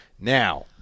Now